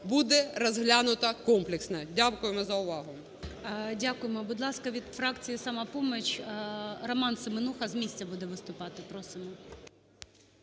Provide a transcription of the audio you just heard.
буде розглянуто комплексно. Дякуємо за увагу. ГОЛОВУЮЧИЙ. Дякуємо. Будь ласка, від фракції "Самопоміч" РоманСеменуха з місця буде виступати. Просимо.